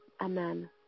Amen